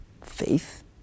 Faith